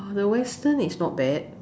the western is not bad